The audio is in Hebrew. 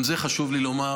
גם זה חשוב לי לומר,